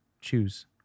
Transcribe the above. choose